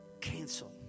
cancel